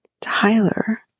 Tyler